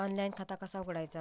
Online खाता कसा उघडायचा?